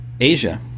Asia